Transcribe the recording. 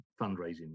fundraising